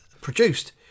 produced